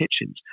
kitchens